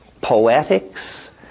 poetics